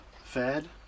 fed